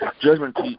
judgment